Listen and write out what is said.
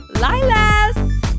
Lilas